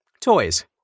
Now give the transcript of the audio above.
Toys